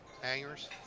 hangers